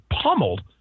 pummeled